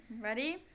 Ready